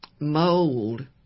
mold